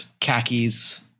khakis